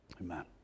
amen